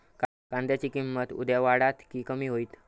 कांद्याची किंमत उद्या वाढात की कमी होईत?